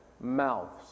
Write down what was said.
mouths